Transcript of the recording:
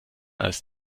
als